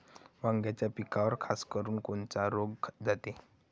वांग्याच्या पिकावर खासकरुन कोनचा रोग जाते?